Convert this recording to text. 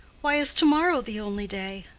why is to-morrow the only day?